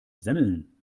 semmeln